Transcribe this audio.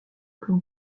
plan